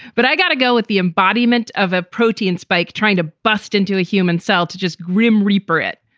but i got to go with the embodiment of a protein spike, trying to bust into a human cell to just grim reaper it.